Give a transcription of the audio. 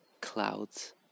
clouds